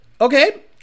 Okay